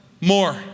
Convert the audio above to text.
more